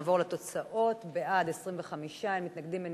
ואנחנו נעבור לתוצאות: בעד, 25, אין מתנגדים,